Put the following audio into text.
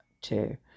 two